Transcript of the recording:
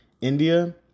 India